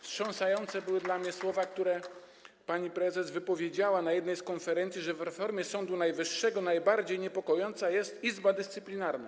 Wstrząsające były dla mnie słowa, które pani prezes wypowiedziała na jednej z konferencji, że w reformie Sądu Najwyższego najbardziej niepokojąca jest kwestia izby dyscyplinarnej.